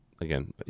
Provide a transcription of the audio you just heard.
again